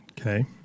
Okay